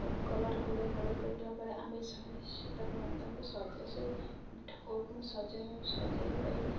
colour କଲେ colour କରିଲା ପରେ ଆମେ ତାକୁ ତାଙ୍କୁ ସେ ଠାକୁରଙ୍କୁ ସଜାଇ ସଜାଇ ପାଇଁ